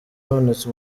habonetse